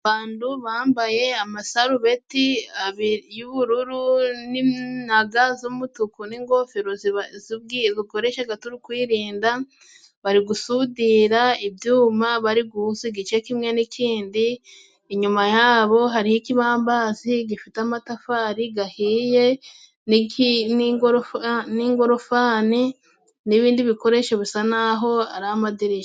Abandu bambaye amasarubeti abiri y'ubururu ni na ga z'umutuku n'ingofero ziba zugiye dukoreshaga turi kwirinda bari gusudira ibyuma bari guhuza igice kimwe n'ikindi, inyuma yabo hari ikibambasi gifite amatafari gahiye n'iki n'ingorofa n'ingorofani, n'ibindi bikoresho bisa naho ari amadirisha.